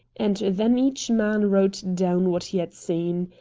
and then each man wrote down what he had seen.